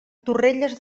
torrelles